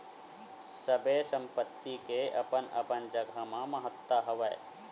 सबे संपत्ति के अपन अपन जघा म महत्ता हवय